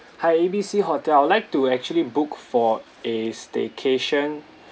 hi A B C hotel I'd like to actually book for a staycation